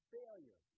failure